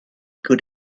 good